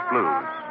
Blues